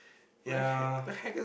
ya